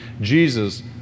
Jesus